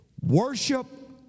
Worship